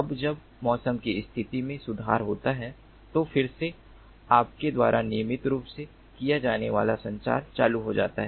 अब जब मौसम की स्थिति में सुधार होता है तो फिर से आपके द्वारा नियमित रूप से किया जाने वाला संचार चालू हो जाता है